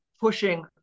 pushing